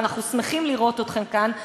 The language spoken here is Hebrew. ואנחנו שמחים לראות אתכם כאן,